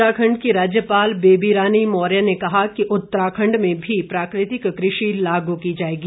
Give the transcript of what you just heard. उत्तराखंड की राज्यपाल बेबी रानी मौर्य ने कहा कि उत्तराखंड में भी प्राकृतिक कृषि लागू की जाएगी